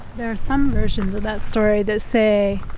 there are some versions of that story that say,